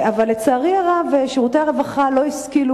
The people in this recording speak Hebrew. אבל לצערי הרב שירותי הרווחה לא השכילו